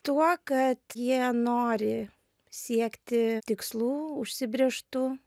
tuo kad jie nori siekti tikslų užsibrėžtų